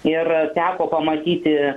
ir teko pamatyti